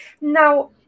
Now